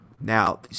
Now